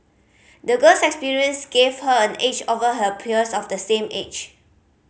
the girl's experience gave her an edge over her peers of the same age